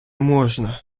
можна